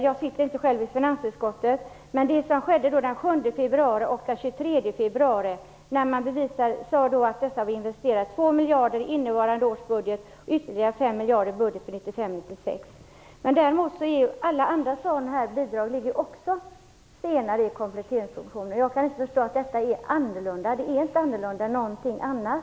Jag sitter inte själv i finansutskottet, men den 7 februari och den 23 februari sade man att 2 miljarder var avsatta i innevarande års budget och ytterligare 5 miljarder i budgeten 1995/96. Alla andra sådana här bidrag ligger också senare i kompletteringspropositionen. Jag kan inte förstå att detta är annorlunda - det är inte annorlunda än någonting annat.